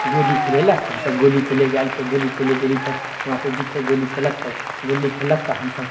गोलि खेलय लए तऽ हमसभ गोलि खेलय गेलय तऽ गोलि खेलय गेलि तऽ हुआँ र जीतो गेली खेललक तऽ गोली खेललक तऽ हमसभ